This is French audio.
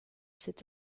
cet